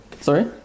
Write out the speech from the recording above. Sorry